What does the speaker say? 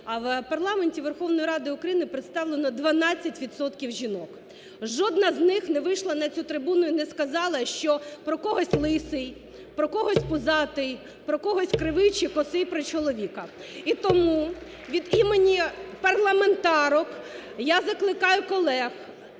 В парламенті Верховної Ради України представлено 12 відсотків жінок, жодна з них не вийшла на цю трибуну і не сказала, що про когось лисий, про когось пузатий, про когось кривий чи косий про чоловіка і тому від імені парламентарок я закликаю колег